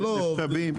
מבקשי מקלט.